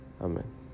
Amen